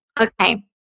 okay